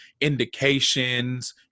indications